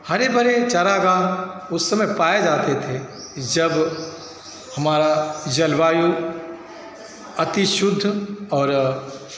हरे भरे चारागाह उस समय पाए जाते थे जब हमारा जलवायु अति शुद्ध और